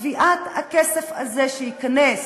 בוא ננסה לצמצם --- כן,